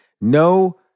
No